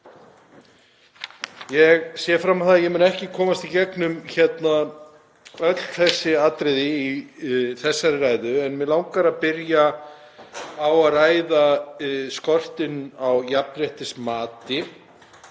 Ég sé fram á að ég muni ekki komast í gegnum öll þessi atriði í þessari ræðu en mig langar að byrja á að ræða skortinn á jafnréttismati.